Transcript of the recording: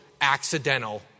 accidental